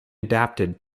adapted